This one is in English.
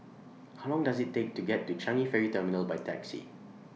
How Long Does IT Take to get to Changi Ferry Terminal By Taxi